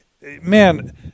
man